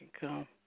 come